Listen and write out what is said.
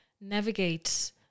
navigate